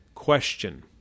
question